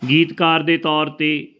ਗੀਤਕਾਰ ਦੇ ਤੌਰ 'ਤੇ